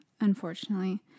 unfortunately